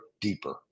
deeper